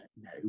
no